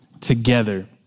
together